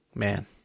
Man